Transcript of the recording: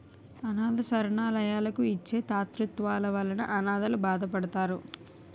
అనాధ శరణాలయాలకు ఇచ్చే తాతృత్వాల వలన అనాధలు బాగుపడతారు